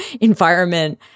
environment